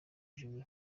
juru